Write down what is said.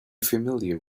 familiar